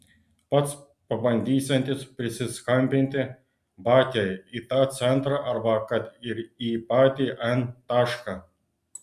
pats pabandysiantis prisiskambinti batiai į tą centrą arba kad ir į patį n tašką